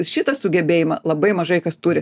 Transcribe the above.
šitą sugebėjimą labai mažai kas turi